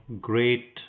great